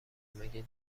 مگه